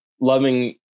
loving